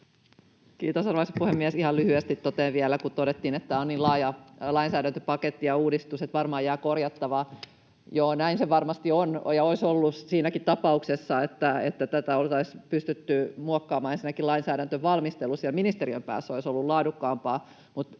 Kiitos, arvoisa puhemies! Ihan lyhyesti totean vielä siitä, kun todettiin, että tämä on niin laaja lainsäädäntöpaketti ja ‑uudistus, että varmaan jää korjattavaa. Joo, näin se varmasti on ja olisi ollut siinäkin tapauksessa, että tätä oltaisiin pystytty muokkaamaan, ensinnäkin lainsäädäntövalmistelu siellä ministeriön päässä olisi ollut laadukkaampaa,